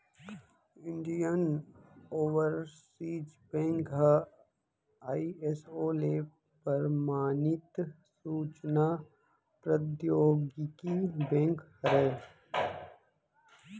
Indian Overseas Bank ह ISO ले परमानित सूचना प्रौद्योगिकी बेंक हरय